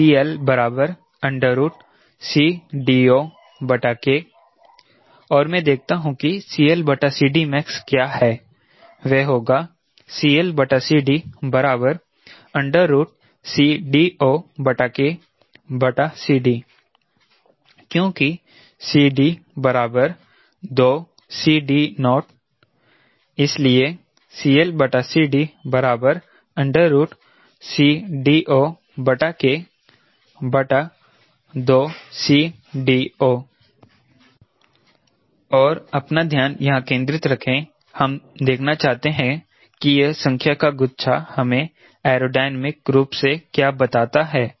तो max के लिए CL CD0K और मैं देखता हूं कि max क्या है वह होगा CLCD CD0KCD क्योंकि CD 2CD0 इसलिये CLCD CD0K 2CD0 और अपना ध्यान यहां केंद्रित रखें हम देखना चाहते हैं कि यह संख्या का गुच्छा हमें एयरोडायनामिक रूप से क्या बताता है